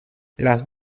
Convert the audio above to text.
las